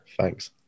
Thanks